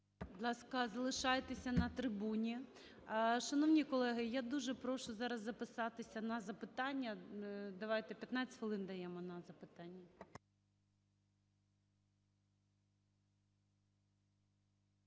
Будь ласка, залишайтесь на трибуні. Шановні колеги, я дуже прошу зараз записатися на запитання. Давайте 15 хвилин даємо на запитання.